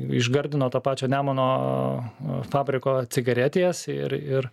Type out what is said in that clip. iš gardino tą pačią nemuno fabriko cigaretės ir ir